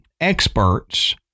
experts